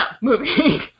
movie